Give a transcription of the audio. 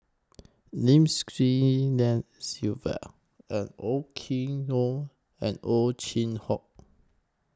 Lim Swee Lian Sylvia and Oei Tiong Ham and Ow Chin Hock